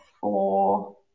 four